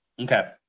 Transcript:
Okay